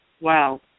wow